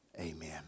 Amen